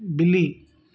ॿिली